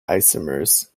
isomers